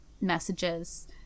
messages